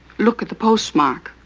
look at the postmark.